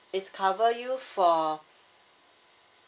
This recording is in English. it's cover you for